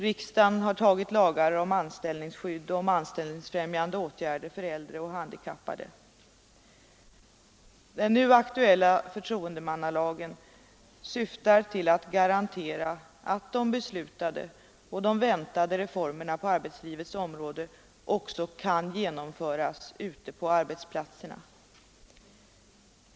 Riksdagen har antagit lagar om anställningsskydd och anställningsfrämjande åtgärder för äldre och handikappade. Den nu aktuella förtroendemannalagen syftar till att. garantera att de beslutade och väntade reformerna på arbetslivets område också kan genomföras ute på arbetsplatserna.